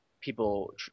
people